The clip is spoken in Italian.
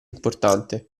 importante